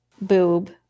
boob